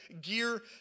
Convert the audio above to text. gear